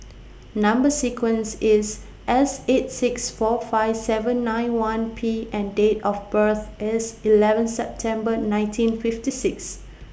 Number sequence IS S eight six four five seven nine one P and Date of birth IS eleven September nineteen fifty six